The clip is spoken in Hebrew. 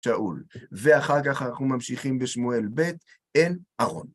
ואחר כך אנחנו ממשיכים בשמואל ב' אל ארון.